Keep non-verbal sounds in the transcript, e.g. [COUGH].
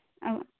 [UNINTELLIGIBLE]